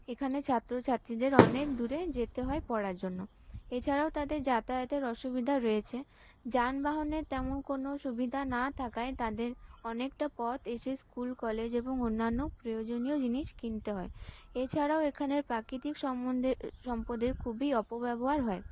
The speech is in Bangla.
এখানে ছাত্রছাত্রীদের অনেক দূরে যেতে হয় পড়ার জন্য এছাড়াও তাদের যাতায়াতের অসুবিধা রয়েছে যানবাহনের তেমন কোন সুবিধা না থাকায় তাদের অনেকটা পথ এসে স্কুল কলেজ এবং অন্যান্য প্রয়োজনীয় জিনিস কিনতে হয় এছাড়াও এখানের প্রাকৃতিক সম্বন্ধে সম্পদের খুবই অপব্যবহার হয়